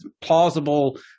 plausible